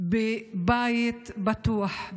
לבית בטוח,